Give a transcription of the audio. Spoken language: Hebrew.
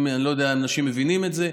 אני לא יודע אם אנשים מבינים את זה.